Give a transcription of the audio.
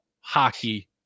hockey